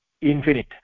infinite